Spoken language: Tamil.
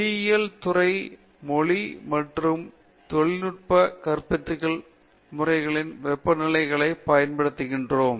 மொழியியல் துறையில் மொழி மற்றும் தொழில்நுட்பம் கற்பித்தல் முறைகளில் வெப்பநிலைகளைப் பயன்படுத்துகிறோம்